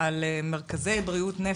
על מרכזי בריאות הנפש,